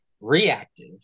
reactive